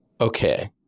Okay